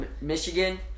Michigan